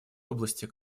области